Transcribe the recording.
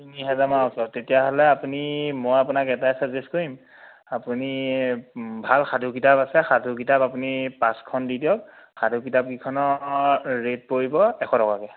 তিনি হাজাৰমানৰ ওচৰত তেতিয়াহ'লে আপুনি মই আপোনাক এটাই চাজেষ্ট কৰিম আপুনি ভাল সাধু কিতাপ আছে সাধু কিতাপ আপুনি পাঁচখন দি দিয়ক সাধু কিতাপ কেইখনৰ ৰেট পৰিব এশ টকাকৈ